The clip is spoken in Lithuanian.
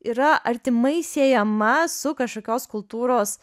yra artimai siejama su kažkokios kultūros